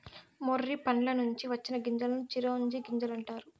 మొర్రి పండ్ల నుంచి వచ్చిన గింజలను చిరోంజి గింజలు అంటారు